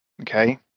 Okay